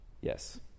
Yes